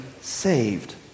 saved